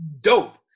dope